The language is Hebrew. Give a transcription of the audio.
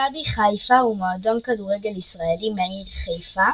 מכבי חיפה הוא מועדון כדורגל ישראלי מהעיר חיפה